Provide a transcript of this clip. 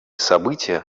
события